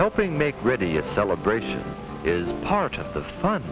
elping make ready a celebration is part of the fun